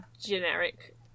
generic